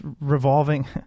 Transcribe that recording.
revolving